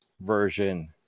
version